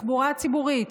תחבורה ציבורית,